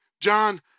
John